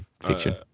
fiction